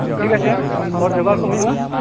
ᱴᱷᱤᱠ ᱟᱪᱷᱮ ᱦᱚᱲ ᱡᱚᱜᱟᱲ ᱠᱚ ᱦᱩᱭᱩᱜᱼᱟ